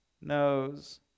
knows